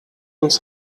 uns